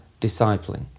discipling